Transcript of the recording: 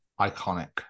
Iconic